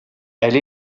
elle